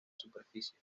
superficie